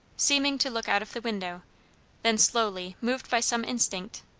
seeming to look out of the window then slowly, moved by some instinct,